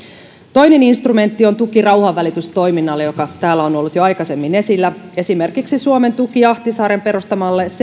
toinen instrumentti on tuki rauhanvälitystoiminnalle joka täällä on ollut jo aikaisemmin esillä esimerkiksi suomen tuki ahtisaaren perustamalle